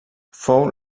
fou